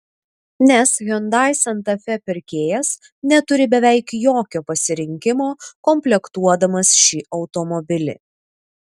nes hyundai santa fe pirkėjas neturi beveik jokio pasirinkimo komplektuodamas šį automobilį